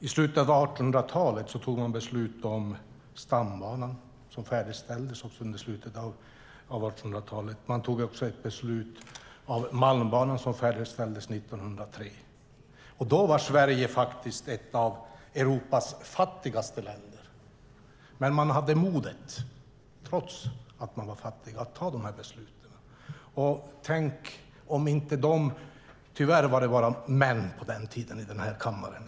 I slutet av 1800-talet fattade man beslut om Stambanan som också färdigställdes under slutet av 1800-talet. Man fattade också ett beslut om Malmbanan som färdigställdes 1903. Då var Sverige ett av Europas fattigaste länder. Men man hade modet trots att man var fattig att fatta dessa beslut. Tyvärr var det bara män på den tiden i den här riksdagen.